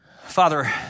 Father